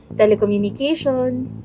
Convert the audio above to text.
telecommunications